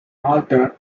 malta